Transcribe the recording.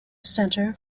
centre